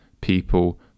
people